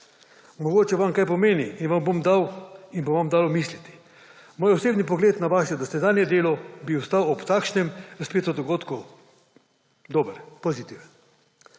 Mogoče vam kaj pomeni in vam bo dalo misliti. Moj osebni pogled na vaše dosedanje delo bi ostal ob takšnem razpletu dogodkov dober, pozitiven.